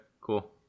cool